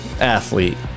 athlete